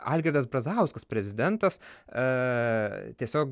algirdas brazauskas prezidentas a tiesiog